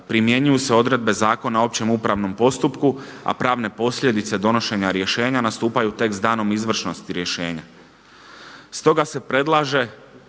primjenjuju se odredbe Zakona o općem upravnom postupku, a pravne posljedice donošenja rješenja nastupaju tek s danom izvršnosti rješenja.